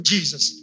Jesus